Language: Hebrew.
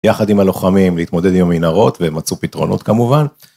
יחד עם הלוחמים, להתמודד עם המנהרות, והם מצאו פתרונות כמובן.